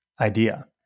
idea